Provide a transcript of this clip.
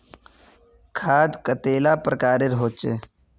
खाद कतेला प्रकारेर होचे?